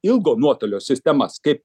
ilgo nuotolio sistemas kaip